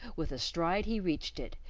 with a stride he reached it,